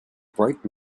bright